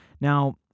Now